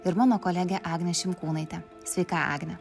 ir mano kolegė agnė šimkūnaitė sveika agne